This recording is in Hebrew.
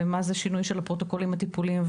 מה זה שינוי של הפרוטוקולים הטיפוליים,